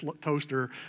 toaster